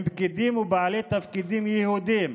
הם פקידים ובעלי תפקידים יהודים,